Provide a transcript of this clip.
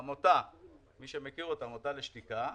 עמותה לשתיקה,